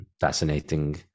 fascinating